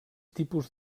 tipus